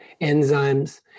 enzymes